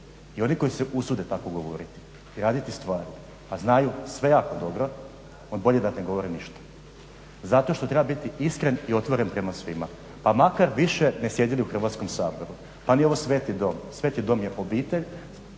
I oni koji se usude tako govoriti i raditi stvari a znaju jako dobro onda bolje da ne govore ništa. Zato što treba biti iskren i otvoren prema svima, pa makar više ne sjedili u Hrvatskom saboru. Pa nije ovo sveti dom. Sveti dom je obitelj,